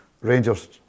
Rangers